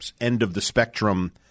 end-of-the-spectrum